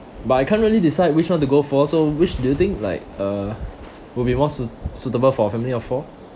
but I can't really decide which want to go for so which do you think like uh will be more suit suitable for a family of four